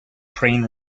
train